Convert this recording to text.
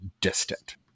distant